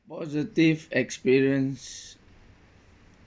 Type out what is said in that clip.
positive experience